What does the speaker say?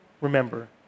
remember